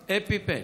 אֵפִּיפן.